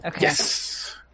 Yes